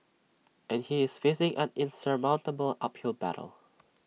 and he is facing an insurmountable uphill battle